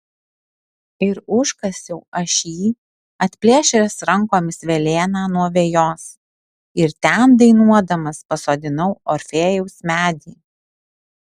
ir užkasiau aš jį atplėšęs rankomis velėną nuo vejos ir ten dainuodamas pasodinau orfėjaus medį